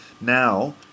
now